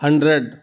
hundred